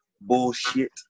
bullshit